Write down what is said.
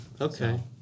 Okay